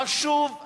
חשוב,